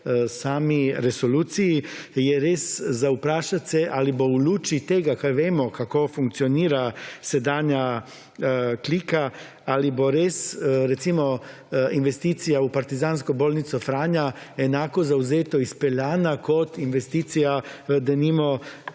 sami resoluciji je res za vprašat se ali bo v luči tega, ker vemo kako funkcionira sedanja klika, ali bo res, recimo, investicija v partizansko bolnico Franja enako zavzeto izpeljana kot investicija v, denimo,